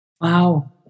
Wow